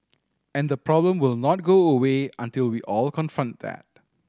and the problem will not go away until we all confront that